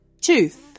tooth